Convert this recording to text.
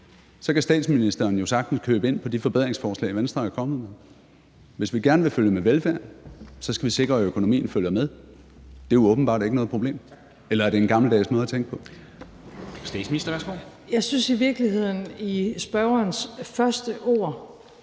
Så kan statsministeren jo sagtens købe ind på de forbedringsforslag, Venstre er kommet med. Hvis vi gerne vil følge med velfærden, skal vi sikre, at økonomien følger med. Det er åbenbart ikke noget problem, eller er det en gammeldags måde at tænke på? Kl. 23:32 Formanden (Henrik Dam Kristensen): Statsministeren,